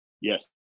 Yes